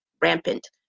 rampant